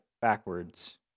backwards